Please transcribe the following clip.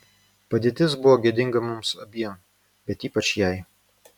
padėtis buvo gėdinga mums abiem bet ypač jai